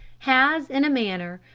has, in a manner,